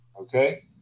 Okay